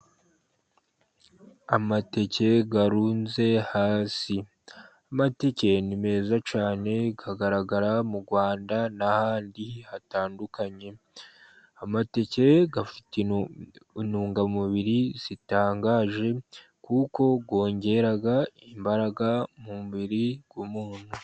Amateke arunze hasi. Amateke ni meza cyane agaragara mu Rwanda n'ahandi hatandukanye. Amateke afite intungamubiri zitangaje, kuko yongera imbaraga mu mubiri w'umuntu.